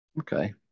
Okay